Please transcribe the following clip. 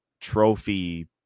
trophy